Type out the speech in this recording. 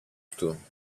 του